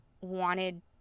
wanted